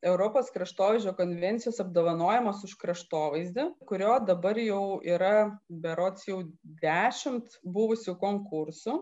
europos kraštovaizdžio konvencijos apdovanojimas už kraštovaizdį kurio dabar jau yra berods jau dešimt buvusių konkursų